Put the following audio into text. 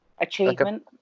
achievement